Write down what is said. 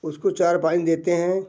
उसको चारा पानी देते हैं